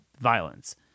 violence